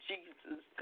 Jesus